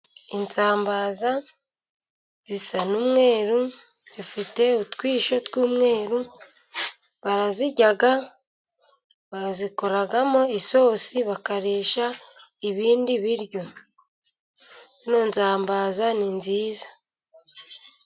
Isambaza zisa n'umweru, zifite utwisho tw'umweru. Barazirya, bazikoramo isosi bakarisha ibindi biryo. Zino sambaza ni nziza.